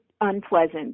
unpleasant